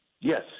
Yes